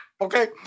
okay